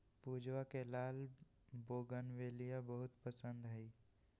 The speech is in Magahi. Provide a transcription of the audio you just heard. पूजवा के लाल बोगनवेलिया बहुत पसंद हई